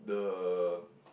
the